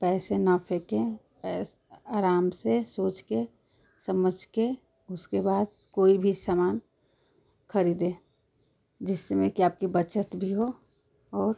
पैसे न फेकें एस आराम से सोच कर समझ कर उसके बाद कोई भी सामान खरीदें जिसमें कि आपकी बचत भी हो और